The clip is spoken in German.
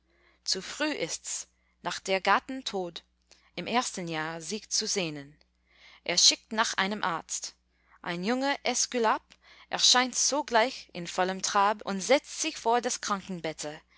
zu früh ists nach der gattin tod im ersten jahre sich zu sehnen er schickt nach einem arzt ein junger äskulap erscheint sogleich in vollem trab und setzt sich vor das krankenbette